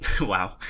wow